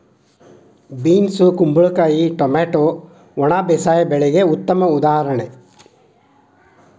beans ಕುಂಬಳಕಾಯಿ tomato ಒಣ ಬೇಸಾಯ ಬೆಳೆಗೆ ಉತ್ತಮ ಉದಾಹರಣೆ